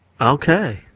Okay